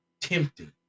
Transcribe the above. tempting